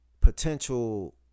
potential